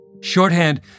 Shorthand